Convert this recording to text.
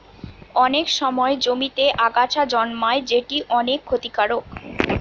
অনেক সময় জমিতে আগাছা জন্মায় যেটি অনেক ক্ষতিকারক